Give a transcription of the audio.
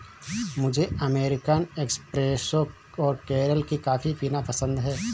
मुझे American espresso और केरल की कॉफी पीना पसंद है